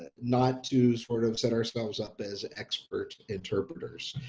ah not to sort of set ourselves up as expert interpreters,